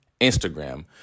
Instagram